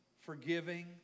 forgiving